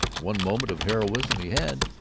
one moment of heroism he had,